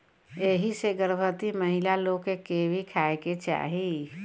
एही से गर्भवती महिला लोग के कीवी खाए के चाही